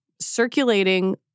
circulating